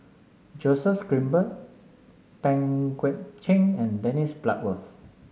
Joseph Grimberg Pang Guek Cheng and Dennis Bloodworth